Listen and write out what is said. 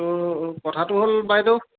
আৰু কথাটো হ'ল বাইদেউ